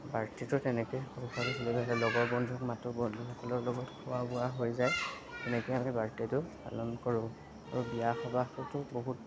বাৰ্থডেটো তেনেকৈ লগৰ বন্ধুক মাতো বন্ধুসকলৰ লগত খোৱা বোৱা হৈ যায় তেনেকৈ আমি বাৰ্থডেটো পালন কৰোঁ আৰু বিয়া সবাহতো বহুত ডাঙৰ